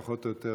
פחות או יותר,